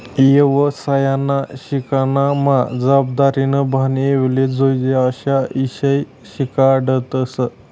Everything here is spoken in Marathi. येवसायना शिक्सनमा जबाबदारीनं भान येवाले जोयजे अशा ईषय शिकाडतस